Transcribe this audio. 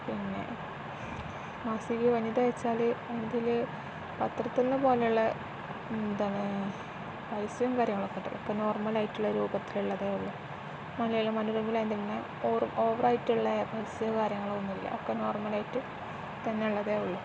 പിന്നെ മാസിക വനിത വച്ചാൽ ഇതിൽ പത്രത്തിലുള്ള പോലെയുള്ള എന്താണ് പൈസയും കാര്യങ്ങളൊക്കെ ഉണ്ട് ഒക്കെ നോർമലായിട്ടുള്ള രൂപത്തിലള്ളതേ ഉള്ളു മലയള മനോരമയിൽ തന്നെ ഓവറായിട്ടുള്ള പൈസയും കാര്യങ്ങളൊന്നുമില്ല ഒക്കെ നോർമലായിട്ട് തന്നെ ഉള്ളതേ ഉള്ളു